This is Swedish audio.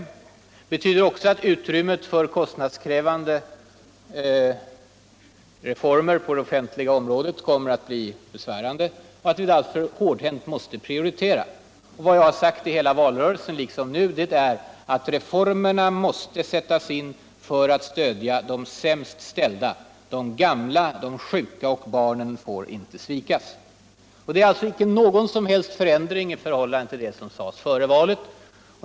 Det betyder också att utrymmet för kostnadskrävande reformer på det offentliga området kommer att bli besvärande litet och att vi måste prioritera. : Och vad jag har sagt under hela valrörelsen, liksom nu, det är att reformerna måste sättlas in för att stödja de sämst ställda. De gamta, de sjuka och barnen får inte svikas. Det är alltså inte någon som helst förändring i förhållande till vad som sades före valet.